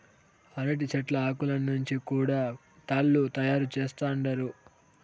అరటి చెట్ల ఆకులను నుంచి కూడా తాళ్ళు తయారు చేత్తండారు